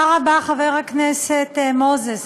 תודה רבה, חבר הכנסת מוזס.